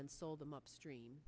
then sold them upstream